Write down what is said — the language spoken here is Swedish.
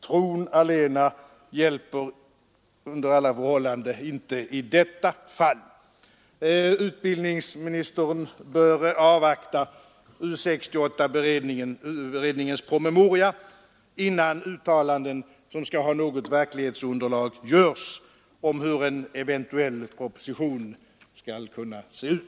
Tron allena hjälper under alla förhållanden inte i detta fall. Utbildningsministern bör avvakta U 68 beredningens promemoria innan uttalanden som kan ha något verklighetsunderlag görs om hur en eventuell proposition skall kunna se ut.